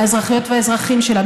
מהאזרחיות והאזרחים שלה,